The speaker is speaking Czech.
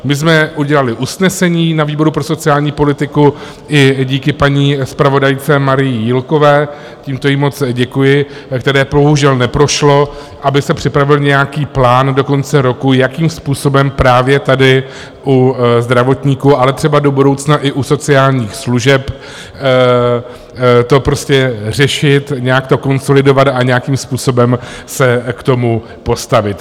My jsme udělali usnesení na výboru pro sociální politiku i díky paní zpravodajce Marii Jílkové tímto jí moc děkuji které bohužel neprošlo, aby se připravil nějaký plán do konce roku, jakým způsobem právě tady u zdravotníků, ale třeba do budoucna i u sociálních služeb to řešit, nějak to konsolidovat a nějakým způsobem se k tomu postavit.